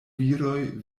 viroj